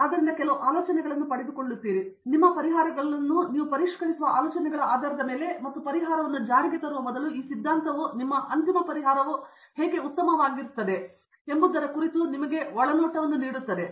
ಆದ್ದರಿಂದ ನೀವು ಕೆಲವು ಆಲೋಚನೆಗಳನ್ನು ಪಡೆದುಕೊಳ್ಳುತ್ತೀರಿ ಮತ್ತು ನಿಮ್ಮ ಪರಿಹಾರಗಳನ್ನು ನೀವು ಪರಿಷ್ಕರಿಸುವ ಆಲೋಚನೆಗಳ ಆಧಾರದ ಮೇಲೆ ಮತ್ತು ಪರಿಹಾರವನ್ನು ಜಾರಿಗೆ ತರುವ ಮೊದಲು ಈ ಸಿದ್ಧಾಂತವು ನಿಮ್ಮ ಅಂತಿಮ ಪರಿಹಾರವು ಹೇಗೆ ಉತ್ತಮವಾಗಿರುತ್ತದೆ ಎಂಬುದರ ಕುರಿತು ಮೂಲಭೂತವಾಗಿ ಒಳನೋಟವನ್ನು ನಿಮಗೆ ನೀಡುತ್ತದೆ